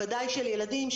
ודאי של ילדים,